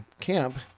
camp